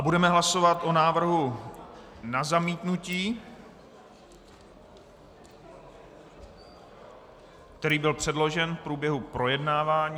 Budeme hlasovat o návrhu na zamítnutí, který byl předložen v průběhu projednávání.